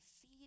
feed